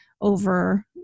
over